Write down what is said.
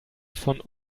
von